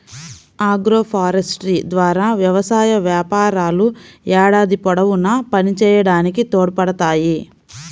agroforestry ద్వారా వ్యవసాయ వ్యాపారాలు ఏడాది పొడవునా పనిచేయడానికి తోడ్పడతాయి